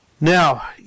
Now